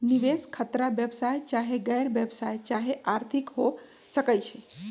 निवेश खतरा व्यवसाय चाहे गैर व्यवसाया चाहे आर्थिक हो सकइ छइ